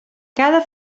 cada